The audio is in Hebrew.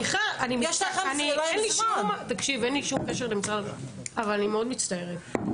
אין לי שום קשר למשרד הבריאות אבל אני מצטערת מאוד.